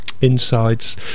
insides